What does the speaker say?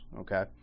Okay